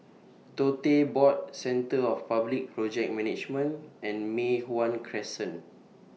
Tote Board Centre For Public Project Management and Mei Hwan Crescent